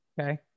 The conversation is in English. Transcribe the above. Okay